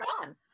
on